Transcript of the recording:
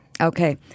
Okay